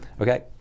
Okay